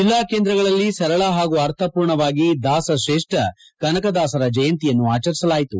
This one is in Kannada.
ಜಿಲ್ಲಾ ಕೇಂದ್ರಗಳಲ್ಲಿ ಸರಳ ಹಾಗೂ ಅರ್ಥಮೂರ್ಣವಾಗಿ ದಾಸ ಶ್ರೇಷ್ಠ ಕನಕದಾಸರ ಜಯಂತಿಯನ್ನು ಆಚರಿಸಲಾಯಿತು